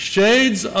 shades